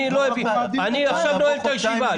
אני עכשיו נועל את הישיבה.